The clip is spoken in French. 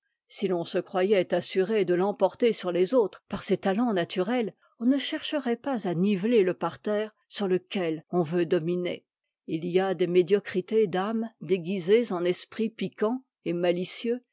si l'on se croyait assuré de l'emporter sur les autres par ses talents naturels on ne chercherait pas à niveler le parterre sur lequel on veut dominer tt y a des médiocrités d'âme déguisées en esprit piquant et malicieux